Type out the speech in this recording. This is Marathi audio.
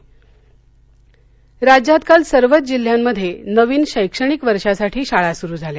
शाळासुरु राज्यात काल सर्वच जिल्ह्यांमध्ये नवीन शैक्षणिक वर्षांसाठी शाळा सुरु झाल्या